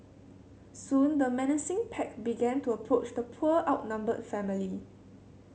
soon the menacing pack began to approach the poor outnumbered family